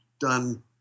done